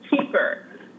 cheaper